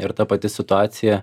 ir ta pati situacija